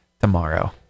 tomorrow